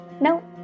No